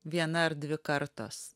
viena ar dvi kartos